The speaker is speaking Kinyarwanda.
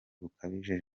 bukabije